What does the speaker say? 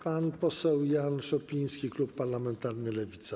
Pan poseł Jan Szopiński, klub parlamentarny Lewica.